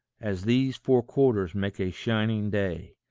as these four quarters make a shining day.